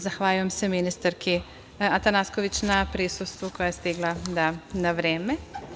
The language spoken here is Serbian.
Zahvaljujem se ministarki Atanasković na prisustvu, koja je stigla na vreme.